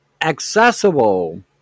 accessible